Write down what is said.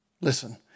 Listen